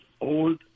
old